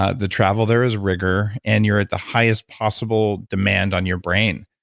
ah the travel there is rigor and you're at the highest possible demand on your brain.